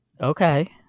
Okay